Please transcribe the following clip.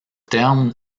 terme